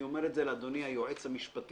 אני אומר את זה לאדוני היועץ המשפטי.